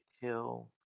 kill